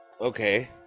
okay